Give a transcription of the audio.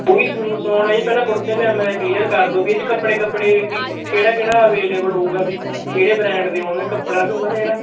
ਉਹ ਵੀ ਸਮ ਸਵਾਉਣੇ ਆ ਜੀ ਪਹਿਲਾਂ ਕੁੜਤੇ ਪਜਾਮੇ ਦਾ ਜੀ ਕਲੀਅਰ ਕਰ ਦਿਓ ਵੀ ਇਹ 'ਚ ਕੱਪੜੇ ਕੱਪੜੇ ਵੀ ਕਿਹੜਾ ਕਿਹੜਾ ਅਵੇਲੇਬਲ ਹੋਵੇਗਾ ਵੀ ਕਿਹੜੇ ਬ੍ਰਾਂਡ ਦੇ ਹੋਣਗੇ ਕੱਪੜਾ ਵੀ ਉਹਨਾਂ ਨੇ ਜਿਹੜਾ